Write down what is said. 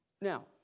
Now